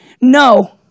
no